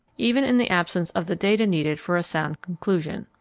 even in the absence of the data needed for a sound conclusion.